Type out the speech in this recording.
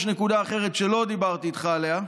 יש נקודה אחרת שלא דיברתי איתך עליה,